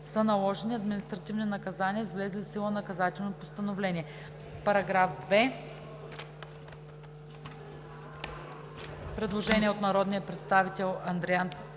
са наложени административни наказания с влезли в сила наказателни постановления.“ По § 2 има предложение от народния представител Андриан Райков.